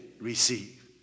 receive